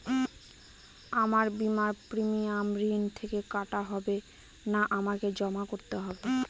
আমার বিমার প্রিমিয়াম ঋণ থেকে কাটা হবে না আমাকে জমা করতে হবে?